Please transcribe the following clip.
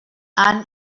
han